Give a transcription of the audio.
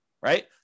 Right